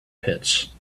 pits